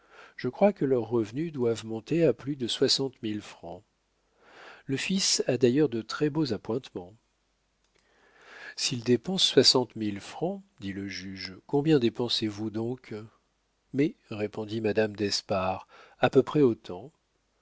je crois que leurs revenus doivent monter à plus de soixante mille francs le fils a d'ailleurs de très-beaux appointements s'ils dépensent soixante mille francs dit le juge combien dépensez vous donc mais répondit madame d'espard à peu près autant